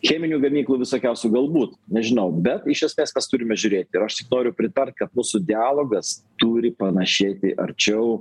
cheminių gamyklų visokiausių galbūt nežinau bet iš esmės mes turime žiūrėt ir aš tik noriu pritart kad mūsų dialogas turi panašėti arčiau